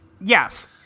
Yes